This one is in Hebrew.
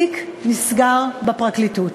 התיק נסגר בפרקליטות.